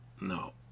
No